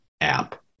app